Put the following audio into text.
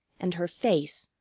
and her face,